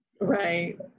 Right